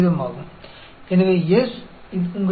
तो यह माध्य है यह वरियन्स है